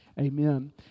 Amen